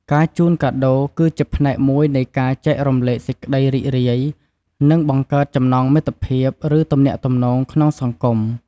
ការជូនកាដូ គឺជាផ្នែកមួយនៃការចែករំលែកសេចក្តីរីករាយ និងបង្កើតចំណងមិត្តភាព ឬទំនាក់ទំនងក្នុងសង្គម។